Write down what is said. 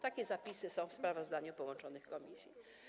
Takie zapisy są w sprawozdaniu połączonych komisji.